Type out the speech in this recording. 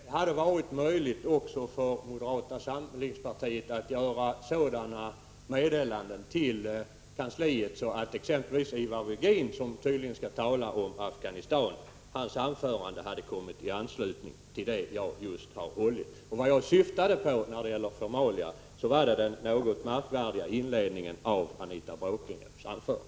Herr talman! Mycket kort: Det hade varit möjligt också för moderata samlingspartiet att lämna sådana meddelanden till kammarkansliet, att exempelvis anförandet av Ivar Virgin — han skall tydligen tala om Afghanistan — hade kommit i anslutning till det anförande jag höll. Vad jag syftade på när jag talade om formalia var den något märkvärdiga inledningen av Anita Bråkenhielms anförande.